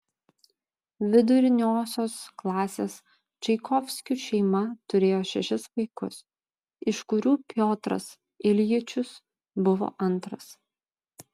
viduriniosios klasės čaikovskių šeima turėjo šešis vaikus iš kurių piotras iljičius buvo antras